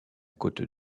côte